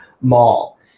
mall